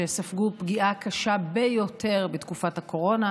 שספגו פגיעה קשה ביותר בתקופת הקורונה,